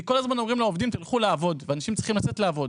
כי כל הזמן אומרים לאנשים תלכו לעבוד ואנשים צריכים לצאת לעבוד,